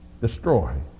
destroy